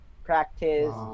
practice